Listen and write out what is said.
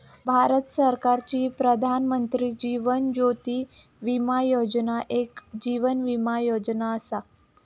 भारत सरकारची प्रधानमंत्री जीवन ज्योती विमा योजना एक जीवन विमा योजना असा